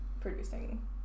producing